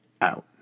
out